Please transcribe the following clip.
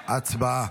הצבעה.